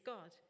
God